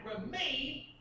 remain